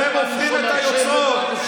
אתם הופכים את היוצרות.